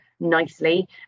nicely